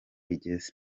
igeze